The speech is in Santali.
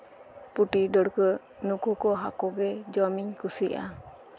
ᱯᱩᱴᱤ ᱰᱟᱹᱬᱠᱟᱹ ᱱᱩᱠᱩ ᱠᱚ ᱦᱟᱠᱩ ᱜᱮ ᱡᱚᱢᱤᱧ ᱠᱩᱥᱤᱣᱟᱜᱼᱟ